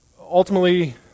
ultimately